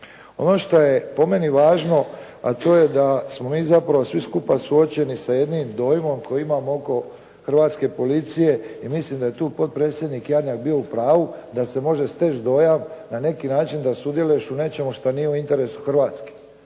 Ono šta je po meni važno, a to je da smo mi zapravo svi skupa suočeni sa jednim dojmom koji imam oko Hrvatske policije i mislim da je tu potpredsjednik Jarnjak bio u pravu da se može steći dojam na neki način da sudjeluješ u nečemu što nije u interesu Hrvatske.